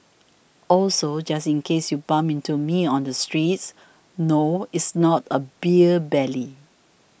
also just in case you bump into me on the streets no it's not a beer belly